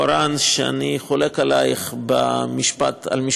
להם: לא יקום,